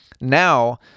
Now